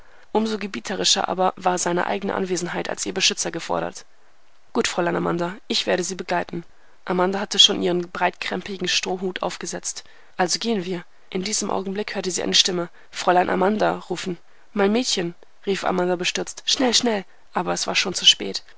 so gebieterischer aber war seine eigene anwesenheit als ihr beschützer gefordert gut fräulein amanda ich werde sie begleiten amanda hatte schon ihren breitkrämpigen strohhut aufgesetzt also gehen wir in diesem augenblick hörten sie eine stimme fräulein amanda rufen mein mädchen rief amanda bestürzt schnell schnell aber es war schon zu spät